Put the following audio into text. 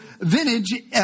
vintage